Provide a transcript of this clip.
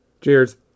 Cheers